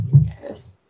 Yes